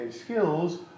Skills